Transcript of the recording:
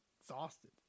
Exhausted